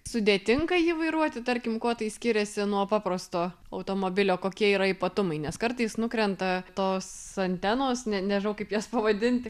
sudėtinga jį vairuoti tarkim kuo tai skiriasi nuo paprasto automobilio kokie yra ypatumai nes kartais nukrenta tos antenos nė nežinau kaip jas pavadinti